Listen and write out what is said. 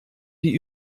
die